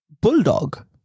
bulldog